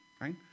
right